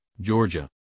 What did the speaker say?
georgia